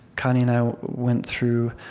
connie and i went through